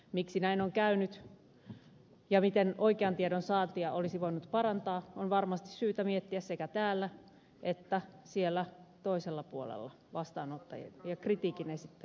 miksi näin on käynyt ja miten oikean tiedon saantia olisi voinut parantaa sitä on varmasti syytä miettiä sekä täällä että siellä toisella puolella vastaanottajien ja kritiikin esittäjien suunnalla